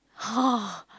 !huh!